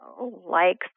likes